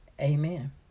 Amen